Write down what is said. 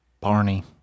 Barney